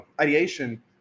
ideation